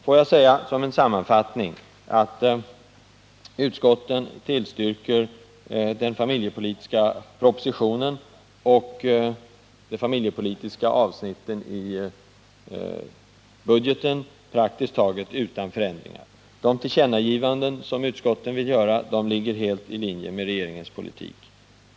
Låt mig säga som en sammanfattning att utskotten tillstyrker den familjepolitiska propositionen och de familjepolitiska avsnitten i budgetförslaget praktiskt taget utan förändringar. De tillkännagivanden som utskotten vill göra ligger helt i linje med regeringens politik.